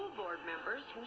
board members